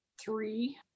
three